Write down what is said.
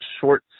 short